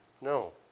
No